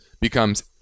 becomes